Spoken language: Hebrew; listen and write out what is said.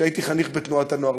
כשהייתי חניך בתנועת הנוער,